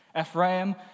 Ephraim